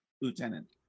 lieutenant